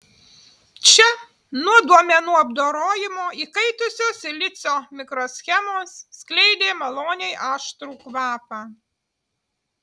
čia nuo duomenų apdorojimo įkaitusios silicio mikroschemos skleidė maloniai aštrų kvapą